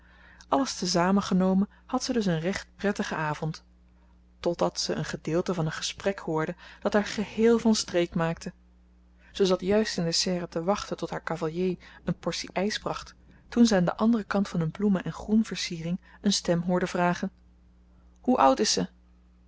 alles te zamen genomen had ze dus een recht prettigen avond totdat ze een gedeelte van een gesprek hoorde dat haar geheel van streek maakte ze zat juist in de serre te wachten tot haar cavalier een portie ijs bracht toen ze aan den anderen kant van een bloemen en groenversiering een stem hoorde vragen hoe oud is ze